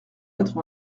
quatre